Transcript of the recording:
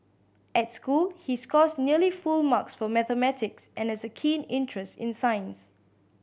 at school he scores nearly full marks for mathematics and has a keen interest in science